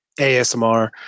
ASMR